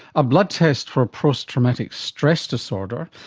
a blood test for posttraumatic stress disorder,